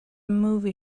movie